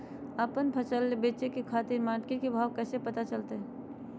आपन फसल बेचे के खातिर मार्केट के भाव कैसे पता चलतय?